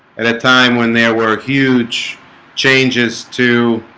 at a time when there were huge changes to